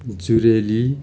जुरेली